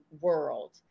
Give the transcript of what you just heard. world